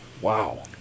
Wow